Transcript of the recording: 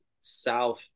South